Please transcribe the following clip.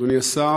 אדוני השר,